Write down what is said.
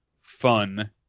fun